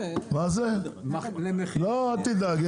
אל תדאג,